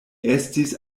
estis